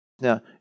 Now